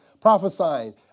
prophesying